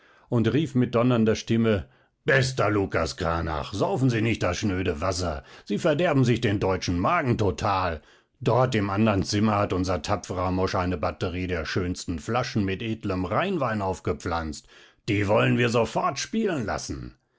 und rief mit donnernder stimme bester lukas kranach saufen sie nicht das schnöde wasser sie verderben sich den deutschen magen total dort im andern zimmer hat unser tapferer mosch eine batterie der schönsten flaschen mit edlem rheinwein aufgepflanzt die wollen wir sofort spielen lassen